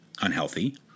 unhealthy